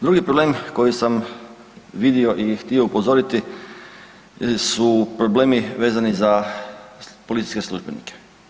Drugi problem koji sam vidio i htio upozoriti su problemi vezani za policijske službenike.